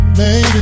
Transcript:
baby